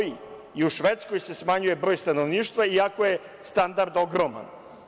I u Švedskoj se smanjuje broj stanovništva, iako je standard ogroman.